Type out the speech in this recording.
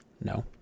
no